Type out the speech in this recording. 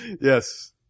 Yes